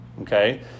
okay